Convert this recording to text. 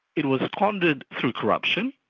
it was squandered through corruption,